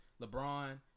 LeBron